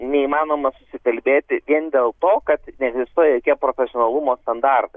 neįmanoma susikalbėti vien dėl to kad neegzistuoja jokie profesionalumo standartai